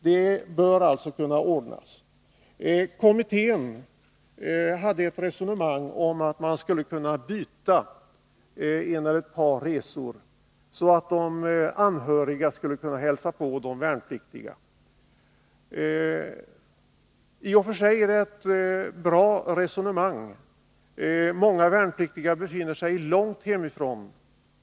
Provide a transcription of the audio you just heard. Det bör alltså kunna ordnas. Kommittén förde ett resonemang om att en eller ett par resor skulle kunna bytas, så att de anhöriga skulle kunna hälsa på den värnpliktige. Det är i och för sig ett ganska bra resonemang. Många värnpliktiga befinner sig långt hemifrån.